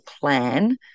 plan